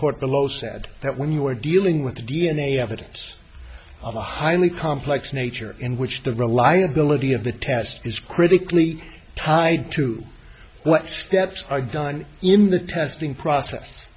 court below said that when you are dealing with the d n a evidence of a highly complex nature in which the reliability of the test is critically tied to what steps are done in the testing process